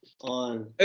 on